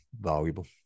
valuable